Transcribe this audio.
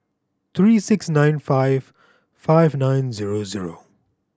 three six nine five five nine zero zero